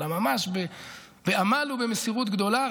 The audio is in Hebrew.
אלא ממש בעמל ובמסירות גדולה.